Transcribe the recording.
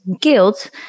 guilt